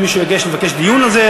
מישהו יודיע שהוא מבקש דיון על זה,